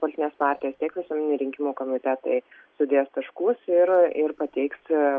politinės partijos tiek visuomeniniai rinkimų komitetai sudės taškus ir ir pateiks